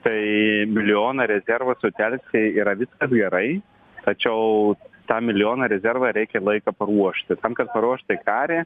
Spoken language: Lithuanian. tai milijoną rezervą sutelkti yra viskas gerai tačiau tą milijoną rezervą reikia laika paruošti tam kad paruošti karį